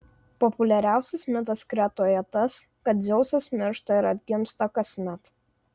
populiariausias mitas kretoje tas kad dzeusas miršta ir atgimsta kasmet